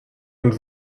und